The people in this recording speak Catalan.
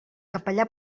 capellà